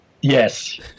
Yes